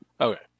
Okay